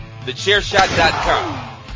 TheChairShot.com